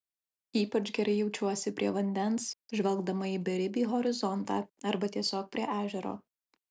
ypač gerai jaučiuosi prie vandens žvelgdama į beribį horizontą arba tiesiog prie ežero